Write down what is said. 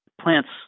plants